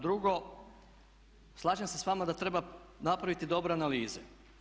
Drugo, slažem se s vama da treba napraviti dobre analize.